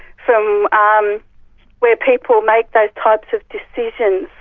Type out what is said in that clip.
from ah um where people make those types of decisions,